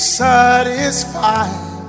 satisfied